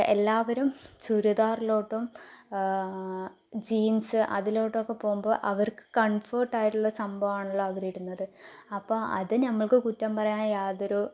എല്ലാവരും ചുരിദാറിലോട്ടും ജീൻസ് അതിലോട്ടൊക്കൊ പോകുമ്പോൾ അവർക്ക് കംഫർട്ട് ആയിട്ടുള്ള സംഭവമാണല്ലോ അവര് ഇടുന്നത് അപ്പോൾ അത് നമ്മൾക്ക് കുറ്റം പറയാൻ യാതൊരു